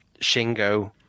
Shingo